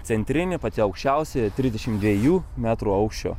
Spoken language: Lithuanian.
centrinė pati aukščiausia trisdešimt dviejų metrų aukščio